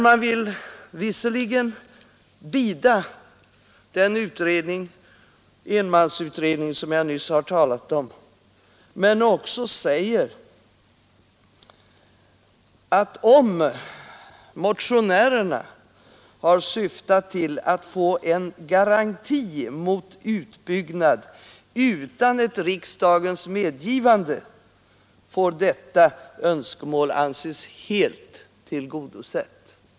Man vill visserligen bida den enmansutredning, som jag nyss har talat om, men säger också att om motionärerna har syftat till att få en garanti mot utbyggnad utan riksdagens medgivande får detta önskemål anses helt tillgodosett.